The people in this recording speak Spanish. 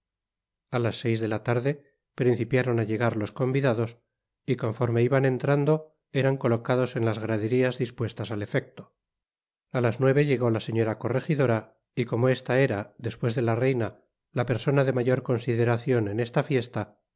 a las seis de la tarde principiaron á llegar los convidados y conforme iban entrando eran colocados en las graderías dispuestas al efecto a las nueve llegó la señora corregidora y como esta era despues de la reina la persona de mayor consideracion en esta fiesta